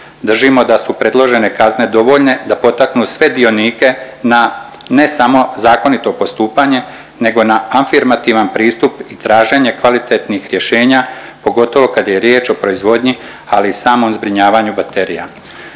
Držimo da su predložene kazne dovoljne da potaknu sve dionike na ne samo zakonito postupanje nego na afirmativan pristup i traženje kvalitetnih rješenja, pogotovo kad je riječ o proizvodnji, ali i samom zbrinjavanju baterija.